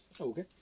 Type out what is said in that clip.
Okay